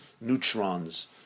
neutrons